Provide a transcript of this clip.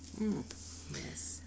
Yes